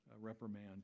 reprimand